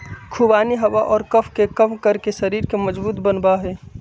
खुबानी हवा और कफ के कम करके शरीर के मजबूत बनवा हई